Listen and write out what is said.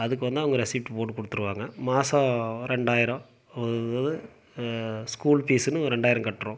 அதுக்கு வந்து அவங்க ரெசிப்ட் போட்டு கொடுத்துருவாங்க மாதம் ரெண்டாயிரம் ஸ்கூல் ஃபீஸ்னு ரெண்டாயிரம் கட்டுறோம்